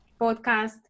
podcast